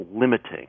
limiting